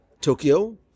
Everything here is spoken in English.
Tokyo